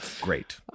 Great